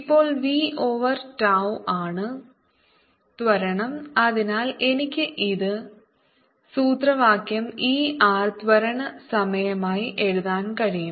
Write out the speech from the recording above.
ഇപ്പോൾ v over tau ആണ് ത്വരണം അതിനാൽ എനിക്ക് ഈ സൂത്രവാക്യം E r ത്വരണ സമയമായി എഴുതാൻ കഴിയും